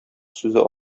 сүзе